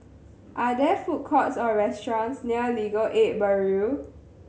are there food courts or restaurants near Legal Aid Bureau